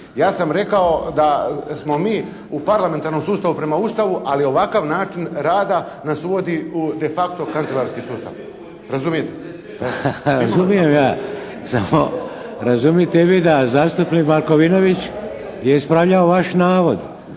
Ja sam rekao da smo mi u parlamentarnom sustavu prema Ustavu, ali ovakav način rada nas uvodi u «de facto» kancelarski sustav, razumijete? **Šeks, Vladimir (HDZ)** Razumijem ja. Samo razumite i vi da zastupnik Markovinović je ispravljao vaš navod.